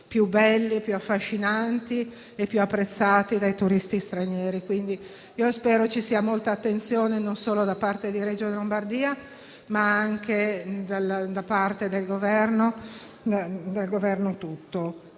più belli, più affascinanti e più apprezzati dai turisti stranieri. Spero ci sia molta attenzione non solo da parte della Regione Lombardia, ma anche del Governo tutto.